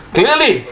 Clearly